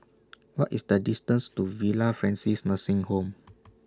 What IS The distance to Villa Francis Nursing Home